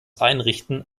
einrichten